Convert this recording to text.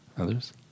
Others